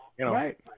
Right